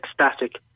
ecstatic